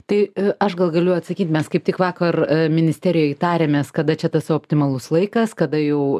tai aš gal galiu atsakyt mes kaip tik vakar ministerijoe tarėmės kada čia tas optimalus laikas kada jau